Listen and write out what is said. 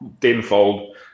tenfold